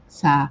sa